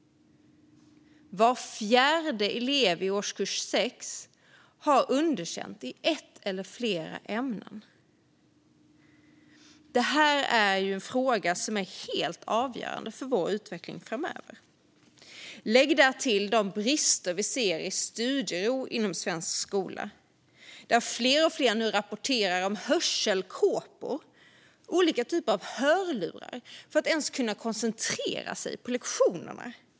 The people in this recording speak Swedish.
Var fjärde elev i årskurs 6 har underkänt i ett eller flera ämnen. Det här är en fråga som är helt avgörande för vår utveckling framöver. Lägg därtill de brister vi ser i fråga om studiero inom svensk skola. Fler och fler rapporterar nu om att man använder hörselkåpor, olika typer av hörlurar, för att ens kunna koncentrera sig på lektionerna.